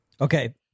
okay